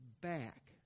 back